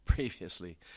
previously